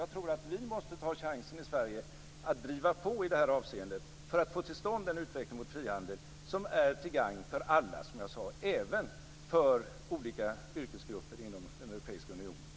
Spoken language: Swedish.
Jag tror att vi i Sverige måste ta chansen att driva på i det här avseendet för att få till stånd en utveckling mot frihandel vilken, som jag sagt, är till gagn för alla, även för olika yrkesgrupper inom den europeiska unionen.